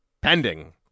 pending